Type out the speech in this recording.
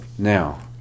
Now